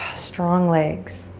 strong legs.